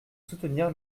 soutenir